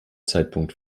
zeitpunkt